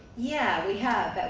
yeah, we have.